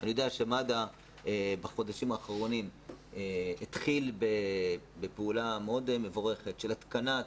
אני יודע שמד"א בחודשים האחרונים התחיל בפעולה מאוד מבורכת של התקנה.